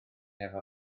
efo